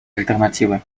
альтернативы